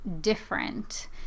different